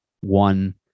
one